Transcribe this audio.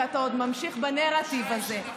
שאתה עוד ממשיך בנרטיב הזה.